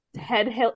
head